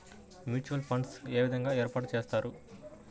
Mutual funds ఏ విధంగా ఏర్పాటు చేస్తారు?